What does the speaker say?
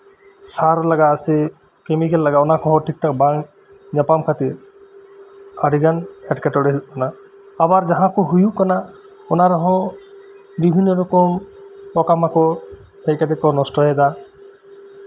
ᱥᱟᱨ ᱞᱟᱜᱟᱜ ᱟᱥᱮ ᱠᱮᱢᱤᱠᱮᱞ ᱞᱟᱜᱟᱜᱼᱟ ᱚᱱᱟ ᱠᱚᱸᱦᱚ ᱴᱷᱤᱠ ᱴᱷᱟᱠ ᱵᱟᱝ ᱧᱟᱯᱟᱢ ᱠᱷᱟᱛᱤᱨ ᱟᱹᱰᱤ ᱜᱟᱱ ᱮᱸᱴᱠᱮ ᱴᱚᱬᱮ ᱦᱳᱭᱳᱜ ᱠᱟᱱᱟ ᱟᱵᱟᱨ ᱡᱟᱦᱟᱸ ᱠᱚ ᱦᱳᱭᱳᱜ ᱠᱟᱱᱟ ᱚᱱᱟ ᱨᱮᱦᱚᱸ ᱵᱤᱵᱷᱤᱱᱱᱚ ᱨᱚᱠᱚᱢ ᱯᱳᱠᱟ ᱢᱟᱠᱚᱲ ᱦᱮᱡ ᱠᱟᱛᱮᱫ ᱠᱚ ᱱᱚᱥᱴᱚᱭᱮᱫᱟ